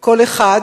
כל אחד,